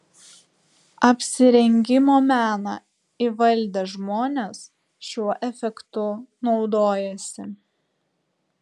apsirengimo meną įvaldę žmonės šiuo efektu naudojasi